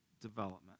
development